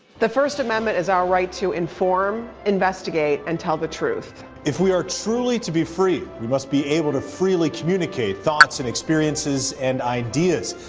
the first amendment is our right to inform, investigate and tell the truth. if we are truly to be free, we must be able to freely communicate thoughts and experiences and ideas.